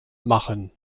machen